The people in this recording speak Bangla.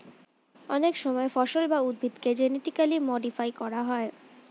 অনেক সময় ফসল বা উদ্ভিদকে জেনেটিক্যালি মডিফাই করা হয়